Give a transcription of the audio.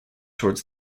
towards